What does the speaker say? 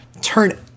turn